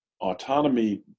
autonomy